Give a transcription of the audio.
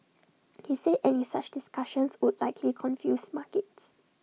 he said any such discussions would likely confuse markets